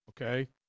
Okay